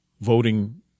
voting